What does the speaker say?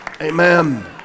Amen